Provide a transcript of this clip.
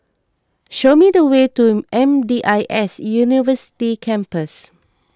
show me the way to M D I S University Campus